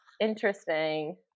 interesting